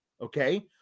okay